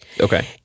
Okay